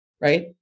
right